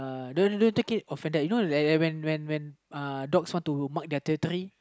uh no no no don't take it offended you know when when when dogs want to mark their territory